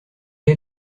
est